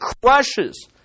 crushes